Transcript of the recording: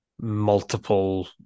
multiple